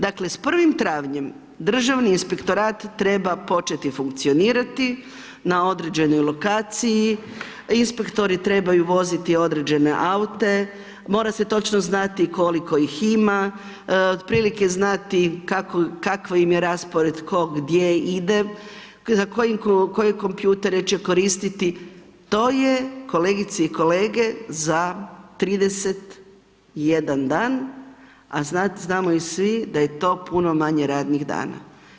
Dakle s prvim 1. travnjem Državni inspektorat treba početi funkcionirati na određenoj lokaciji, inspektori trebaju voziti određene aute, mora se točno znati koliko ih ima, otprilike znati kakav im je raspored, tko gdje ide, koje kompjutere će koristit, to je kolegice i kolege za 31 dan a znamo svi da je to puno manje radnih dana.